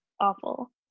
awful